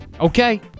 okay